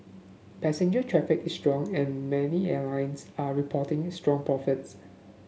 passenger traffic is strong and many airlines are reporting strong profits